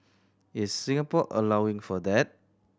is Singapore allowing for that